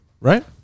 Right